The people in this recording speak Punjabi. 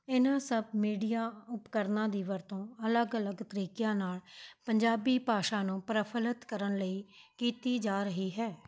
ਇਹਨਾਂ ਸਭ ਮੀਡੀਆ ਉਪਕਰਨਾਂ ਦੀ ਵਰਤੋਂ ਅਲੱਗ ਅਲੱਗ ਤਰੀਕਿਆਂ ਨਾਲ਼ ਪੰਜਾਬੀ ਭਾਸ਼ਾ ਨੂੰ ਪ੍ਰਫੁੱਲਿਤ ਕਰਨ ਲਈ ਕੀਤੀ ਜਾ ਰਹੀ ਹੈ